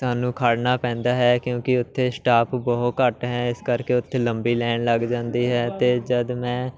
ਸਾਨੂੰ ਖੜ੍ਹਨਾ ਪੈਂਦਾ ਹੈ ਕਿਉਂਕਿ ਉੱਥੇ ਸਟਾਫ ਬਹੁਤ ਘੱਟ ਹੈ ਇਸ ਕਰਕੇ ਉੱਥੇ ਲੰਬੀ ਲਾਈਨ ਲੱਗ ਜਾਂਦੀ ਹੈ ਅਤੇ ਜਦੋਂ ਮੈਂ